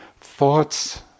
Thoughts